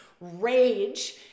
rage